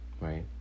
Right